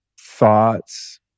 thoughts